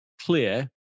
clear